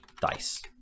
dice